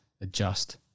adjust